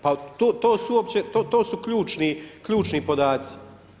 Pa to su ključni podaci.